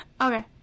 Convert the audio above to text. Okay